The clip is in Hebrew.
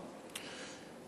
שערורייה.